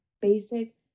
basic